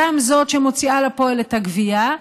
גם זאת שמוציאה לפועל את הגבייה,